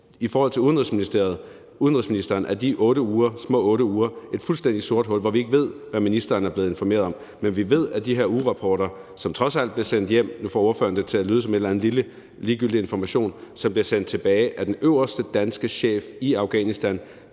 I forhold til udenrigsministeren er de små 8 uger et fuldstændig sort hul, hvor vi ikke ved, hvad ministeren er blevet informeret om. Men vi ved, at de her ugerapporter, som trods alt blev sendt hjem – nu får ordføreren det til at lyde som en eller anden lille ligegyldig information – af den øverste danske chef i Afghanistan